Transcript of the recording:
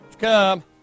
come